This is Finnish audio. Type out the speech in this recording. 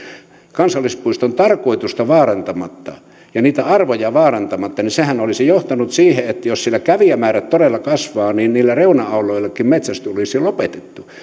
kansallispuiston tarkoitusta vaarantamatta ja niitä arvoja vaarantamatta niin sehän olisi johtanut siihen että jos siellä kävijämäärät todella kasvavat niin niillä reuna alueillakin metsästys olisi lopetettu